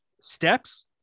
steps